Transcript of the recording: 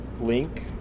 link